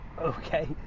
Okay